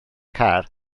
car